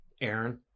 aaron